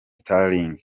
sterling